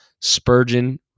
Spurgeon